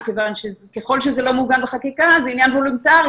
מכיוון שככל שזה לא מעוגן בחקיקה וזה עניין וולונטרי,